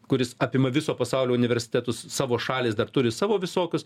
kuris apima viso pasaulio universitetus savo šalys dar turi savo visokius